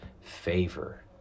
favor